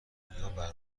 برنامههای